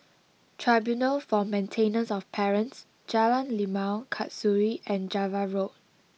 Tribunal for Maintenance of Parents Jalan Limau Kasturi and Java Road